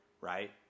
right